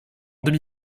demi